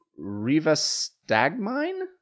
Rivastagmine